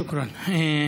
שוכרן.